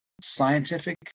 scientific